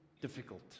difficult